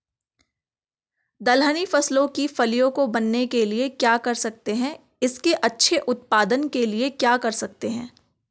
दलहनी फसलों की फलियों को बनने के लिए क्या कर सकते हैं इसके अच्छे उत्पादन के लिए क्या कर सकते हैं?